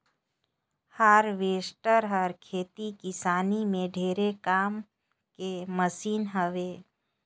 harvester हर खेती किसानी में ढेरे काम के मसीन हवे